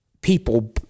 people